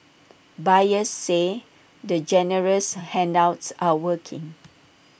buyers say the generous handouts are working